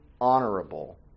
honorable